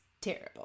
terrible